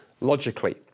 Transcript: logically